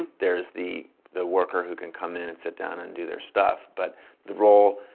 there's the the worker who can come in, and sit down and do their stuff, but the role,